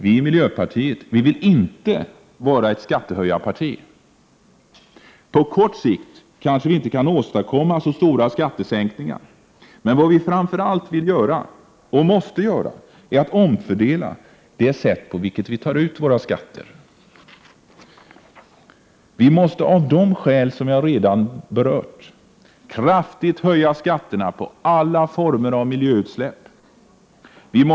Vi i miljöpartiet vill inte vara ett skattehöjarparti. På kort sikt kanske vi inte kan åstadkomma så stora skattesänkningar. Men vad vi framför allt vill göra och måste göra är omfördelningar när det gäller sättet att ta ut skatter. Vi måste av de skäl som jag redan har berört kraftigt höja skatterna på alla former av miljöutsläpp.